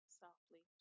softly